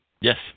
Yes